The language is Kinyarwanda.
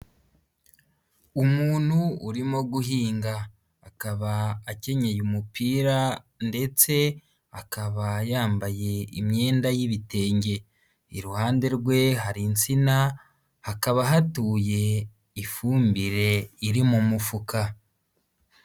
Umuntu urimo guhinga, akaba akenyeye umupira ndetse akaba yambaye imyenda y'ibitenge, iruhande rwe hari insina, hakaba hatuye ifumbire iri mu mufuka.